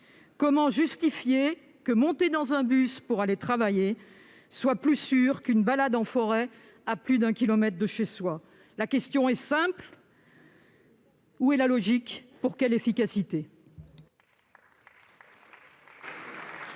Comment justifier que monter dans un bus pour aller travailler soit plus sûr que faire une balade en forêt à plus d'un kilomètre de chez soi ? Aussi, ma question est simple : où est la logique ? Quelle en est l'efficacité ?